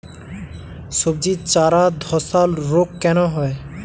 সবজির চারা ধ্বসা রোগ কেন হয়?